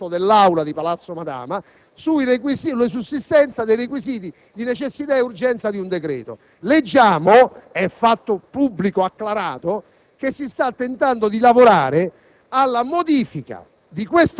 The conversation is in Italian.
poi attraverso il vaglio, se richiesto, dell'Assemblea di Palazzo Madama, sulla sussistenza dei requisiti di necessità e di urgenza di un decreto. Leggiamo - è fatto pubblico acclarato - che si sta tentando di lavorare